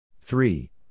Three